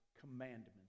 commandments